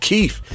Keith